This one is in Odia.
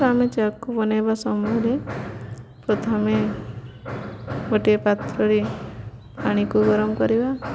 ଆମେ ଚା'କୁ ବନେଇବା ସମୟରେ ପ୍ରଥମେ ଗୋଟିଏ ପାତ୍ରରେ ପାଣିକୁ ଗରମ କରିବା